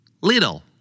little